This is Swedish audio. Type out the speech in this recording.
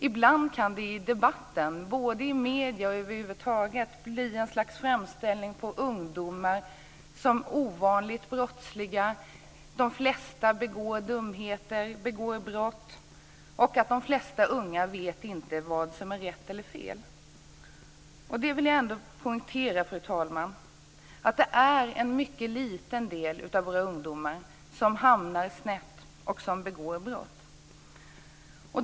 Ibland kan det i debatten, både i medierna och över huvud taget, bli ett slags framställning av ungdomar som ovanligt brottsliga - att de flesta begår dumheter och brott och att de flesta unga inte vet vad som är rätt eller fel. Fru talman! Det är dock en mycket liten andel av våra ungdomar som hamnar snett och som begår brott.